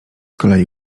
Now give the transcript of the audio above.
kolei